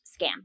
scam